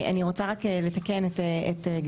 אני רוצה רק לתקן את גבירתי.